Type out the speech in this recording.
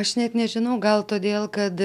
aš net nežinau gal todėl kad